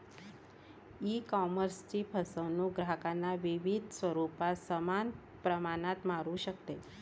ईकॉमर्सची फसवणूक ग्राहकांना विविध स्वरूपात समान प्रमाणात मारू शकते